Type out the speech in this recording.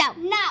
No